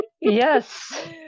Yes